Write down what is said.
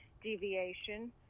deviation